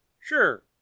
Sure